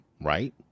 right